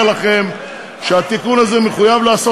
ועכשיו אני אומר לכם שאת התיקון הזה היינו חייבים לעשות